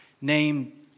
named